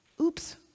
oops